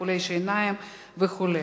טיפולי שיניים וכו'.